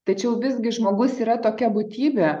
tačiau visgi žmogus yra tokia būtybė